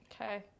Okay